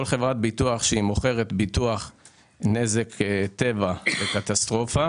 כמעט כל הסיכון בביטוח נזקי טבע וקטסטרופה